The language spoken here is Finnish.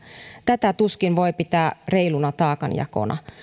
tätä tuskin voi pitää reiluna taakanjakona